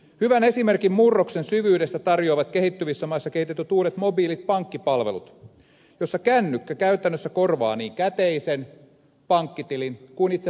hyvän esimerkin murroksen syvyydestä tar joavat kehittyvissä maissa kehitetyt uudet mobiilit pankkipalvelut joissa kännykkä käytännössä korvaa niin käteisen pankkitilin kuin itse pankinkin